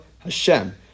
Hashem